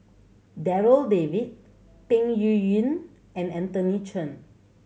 Darryl David Peng Yuyun and Anthony Chen